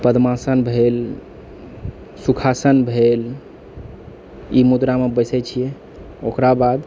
पद्यमाशन भेल सुखाशन भेल ई मुद्रामे बैसै छियै ओकराबाद